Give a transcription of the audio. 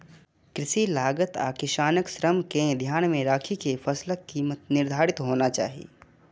कृषि लागत आ किसानक श्रम कें ध्यान मे राखि के फसलक कीमत निर्धारित होना चाही